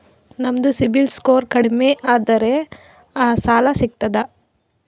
ನಮ್ದು CIBIL score ಕಡಿಮಿ ಅದರಿ ಸಾಲಾ ಸಿಗ್ತದ?